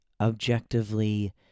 objectively